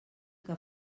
que